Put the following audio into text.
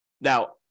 Now